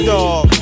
Dog